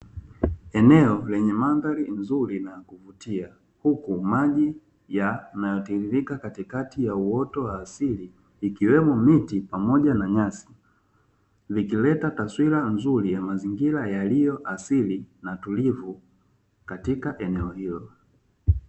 Eneo lenye mandhari nzuri na ya kuvutia, huku maji yanayotiririka katikati ya uoto wa asili, ikiwemo miti pamoja na nyasi. Vikileta taswira nzuri ya mazingira yaliyo asili na tulivu katika eneo hilo.